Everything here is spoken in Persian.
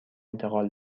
انتقال